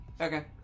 Okay